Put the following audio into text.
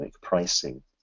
pricing